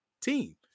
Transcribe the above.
team